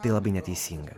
tai labai neteisinga